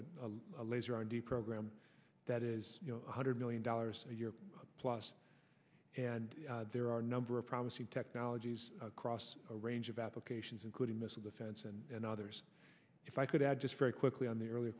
into a laser on the program that is one hundred million dollars a year plus and there are a number of promising technologies across a range of applications including missile defense and others if i could add just very quickly on the earlier